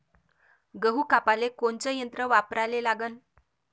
गहू कापाले कोनचं यंत्र वापराले लागन?